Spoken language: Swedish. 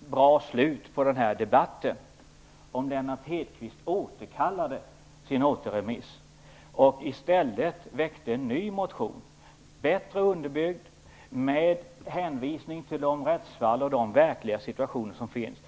bra slut på den här debatten om Lennart Hedquist återkallade sitt återremissyrkande och i stället väckte en ny motion - bättre underbyggd och med hänvisning till de rättsfall och de verkliga situationer som finns.